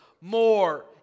more